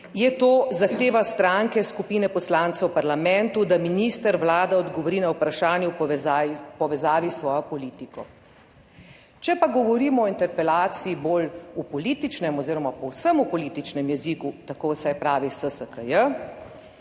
je to zahteva stranke, skupine poslancev v parlamentu, da minister, Vlada odgovori na vprašanje v povezavi s svojo politiko. Če pa govorimo o interpelaciji bolj v političnem oziroma povsem v političnem jeziku, tako vsaj pravi SSKJ,